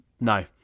no